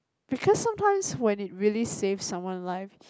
because sometimes when it really saves someone life